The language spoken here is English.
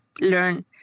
learn